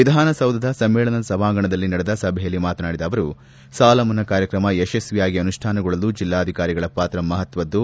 ವಿಧಾನಸೌಧದ ಸಮ್ಮೇಳನ ಸಭಾಂಗಣದಲ್ಲಿ ನಡೆದ ಸಭೆಯಲ್ಲಿ ಮಾತನಾಡಿದ ಅವರು ಸಾಲ ಮನ್ನಾ ಕಾರ್ಯಕ್ರಮ ಯಶಸ್ವಿಯಾಗಿ ಅನುಷ್ಠಾನಗೊಳ್ಳಲು ಜಿಲ್ಲಾಧಿಕಾರಿಗಳ ಪಾತ್ರ ಮಹತ್ವದ್ದು